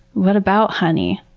what about honey?